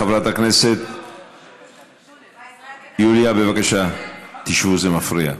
חברת הכנסת יוליה, בבקשה, תשבו, זה מפריע.